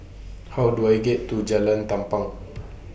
How Do I get to Jalan Tampang